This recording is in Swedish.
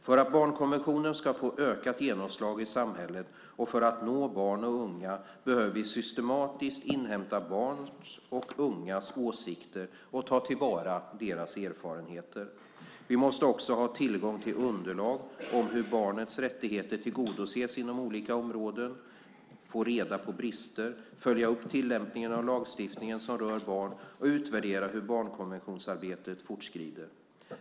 För att barnkonventionen ska få ökat genomslag i samhället och för att nå barn och unga behöver vi systematiskt inhämta barns och ungas åsikter och ta till vara deras erfarenheter. Vi måste också ha tillgång till underlag om hur barnets rättigheter tillgodoses inom olika områden, få reda på brister, följa upp tillämpning av lagstiftning som rör barn och utvärdera hur barnkonventionsarbetet fortskrider.